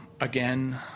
again